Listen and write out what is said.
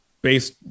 based